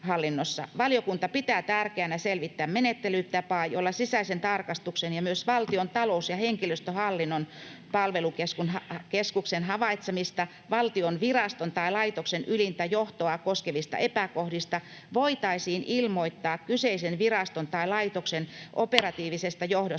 Valiokunta pitää tärkeänä selvittää menettelytapaa, jolla sisäisen tarkastuksen ja myös Valtion talous- ja henkilöstöhallinnon palvelukeskuksen havaitsemista, valtion viraston tai laitoksen ylintä johtoa koskevista epäkohdista voitaisiin ilmoittaa kyseisen viraston tai laitoksen operatiivisesta [Puhemies